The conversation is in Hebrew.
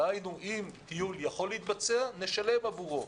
דהיינו, אם טיול יכול להתבצע, נשלם עבורו.